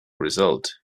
result